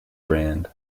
brand